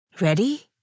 Ready